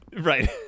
right